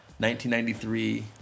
1993